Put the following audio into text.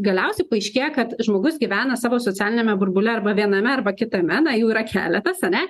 galiausiai paaiškėja kad žmogus gyvena savo socialiniame burbule arba viename arba kitame na jų yra keletas ane